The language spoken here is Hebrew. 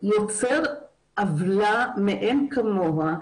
יוצר עוולה מאין כמוה,